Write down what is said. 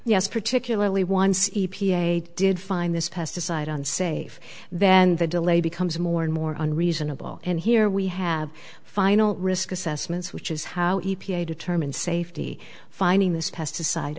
yes particularly one c p a did find this pesticide on safe then the delay becomes more and more on reasonable and here we have final risk assessments which is how e p a determine safety fining this pesticide